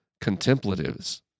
contemplatives